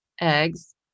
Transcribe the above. eggs